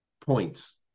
points